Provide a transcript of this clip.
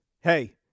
hey